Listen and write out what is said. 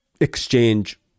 exchange